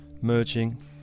merging